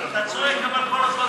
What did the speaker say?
לסעיף 14,